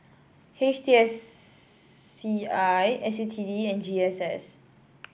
H T S C I S U T D and G S S